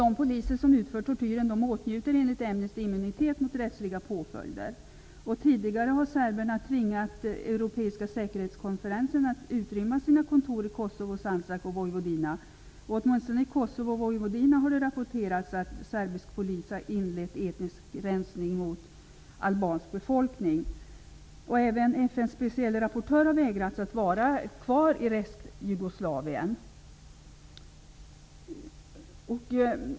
De poliser som utför tortyren åtnjuter enligt Amnesty immunitet mot rättsliga påföljder. Tidigare har serberna tvingat Europeiska säkerhetskonferensen att utrymma sina kontor i Kosovo, Sacak och Vojvodina. Åtminstone har det rapporterats att serbisk polis i Kosovo och Vojvodina har inlett etnisk rensning mot albansk befolkning. Även FN:s specielle rapportör har förvägrats att vara kvar i Restjugoslavien.